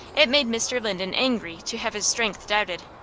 it made mr. linden angry to have his strength doubted.